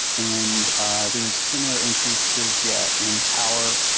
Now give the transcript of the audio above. and there were similar increases, yeah, in power,